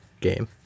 game